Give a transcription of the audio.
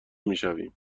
میشویم